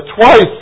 twice